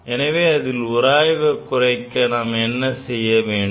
எனவே இதில் உராய்வை குறைக்க நாம் என்ன செய்ய வேண்டும்